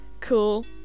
Cool